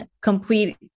complete